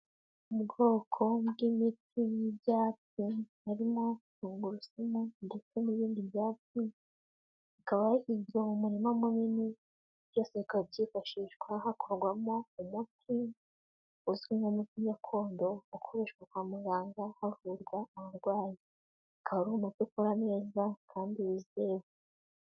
Ubwoko bw'imiti y'ibyatsi, harimo tungurusumu, ndetse n'ibindi byatsi, bikaba bihinzwe mu murima munini, byose bikaba byifashishwa hakorwamo umuti uzwi nk'umuti gakondo ukoreshwa kwa muganga havurwa abarwayi, ukaba ari umuti ukora neza kandi wizewe.